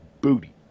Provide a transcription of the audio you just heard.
Booty